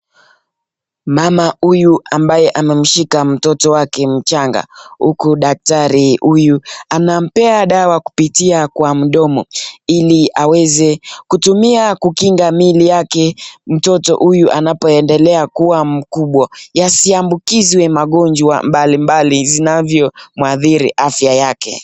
Mama huyu ambaye amemshika mtoto wake mchanga uku daktari huyu anampea dawa kupitia kwa mdomo ili aweze kutumia kukinga miili yake mtoto huyu anapoendelea kuwa mkubwa yasiambukizwe magonjwa mbalimbali zinavyomwadhiri afya yake.